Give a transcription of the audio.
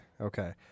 okay